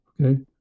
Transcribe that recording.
Okay